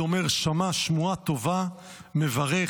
אומר: שמע שמועה טובה מברך,